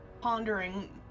pondering